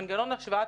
מנגנון השוואת